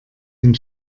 den